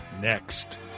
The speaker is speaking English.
next